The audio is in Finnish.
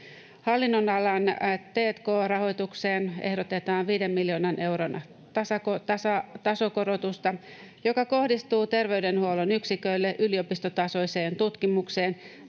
Hallinnonalan t&k-rahoitukseen ehdotetaan 5 miljoonan euron tasokorotusta, joka kohdistuu terveydenhuollon yksiköille yliopistotasoiseen tutkimukseen